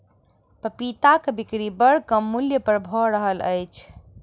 पपीताक बिक्री बड़ कम मूल्य पर भ रहल अछि